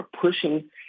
pushing